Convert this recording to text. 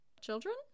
children